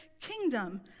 kingdom